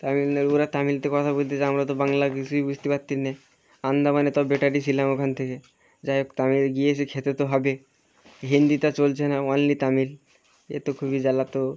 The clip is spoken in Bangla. তামিলনাড়ু ওরা তামিলে কথা বলছে আমরা তো বাংলা কিছুই বুঝতে পারছি না আন্দামানে তো বেটারই ছিলাম ওখান থেকে যাইহোক তামিল দিয়েছে খেতে তো হবে হিন্দিটা চলছে না ওনলি তামিল এ তো খুবই জ্বালাতন